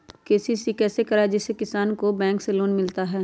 KCC कैसे कराये जिसमे किसान को बैंक से लोन मिलता है?